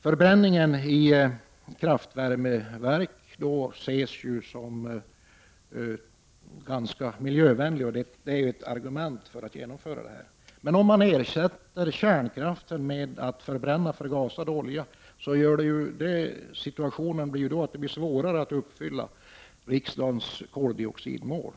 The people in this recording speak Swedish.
Förbränning i kraftvärmeverk anses ju vara ganska miljövänlig. Det är ett argument för att genomföra detta. Men om kärnkraft ersätts med förbränning av förgasad olja blir det svårare att uppfylla riksdagens mål att minska koldioxidutsläppen.